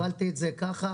קיבלתי כאן הודעה.